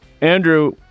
Andrew